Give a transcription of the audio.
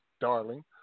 Darling